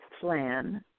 Plan